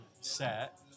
set